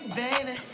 baby